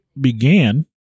began